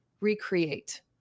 recreate